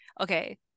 okay